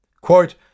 Quote